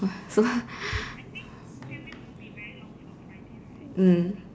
so mm